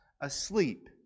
asleep